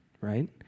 right